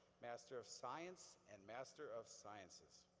master of science, and master of sciences.